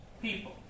people